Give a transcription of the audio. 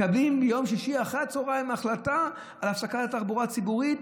מקבלים ביום שישי אחרי הצוהריים החלטה על הפסקת התחבורה הציבורית.